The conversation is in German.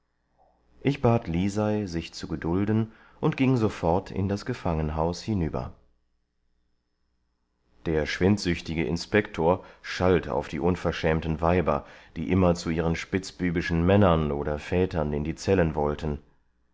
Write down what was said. ich bat lisei sich zu gedulden und ging sofort in das gefangenhaus hinüber der schwindsüchtige inspektor schalt auf die unverschämten weiber die immer zu ihren spitzbübischen männern oder vätern in die zellen wollten